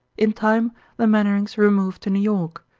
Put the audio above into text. in time the mainwarings removed to new york,